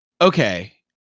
Okay